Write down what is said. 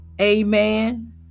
Amen